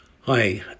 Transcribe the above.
Hi